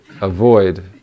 avoid